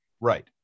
right